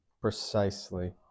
Precisely